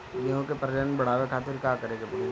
गेहूं के प्रजनन बढ़ावे खातिर का करे के पड़ी?